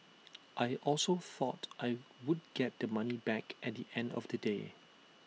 I also thought I would get the money back at the end of the day